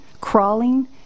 crawling